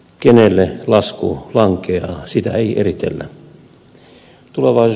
kenelle lasku lankeaa sitä ei eritellä